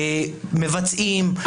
מבצעים,